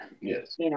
Yes